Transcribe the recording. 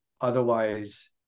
otherwise